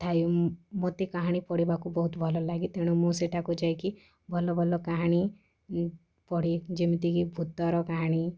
ମୋତେ କାହାଣୀ ପଢ଼ିବାକୁ ବହୁତ ଭଲ ଲାଗେ ତେଣୁ ମୁଁ ସେଠାକୁ ଯାଇକି ଭଲ ଭଲ କାହାଣୀ ପଢ଼େ ଯେମିତିକି ଭୂତର କାହାଣୀ